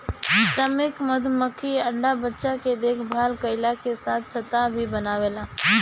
श्रमिक मधुमक्खी अंडा बच्चा के देखभाल कईला के साथे छत्ता भी बनावेले